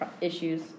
issues